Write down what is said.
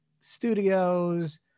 studios